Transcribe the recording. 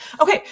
Okay